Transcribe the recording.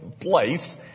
place